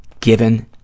given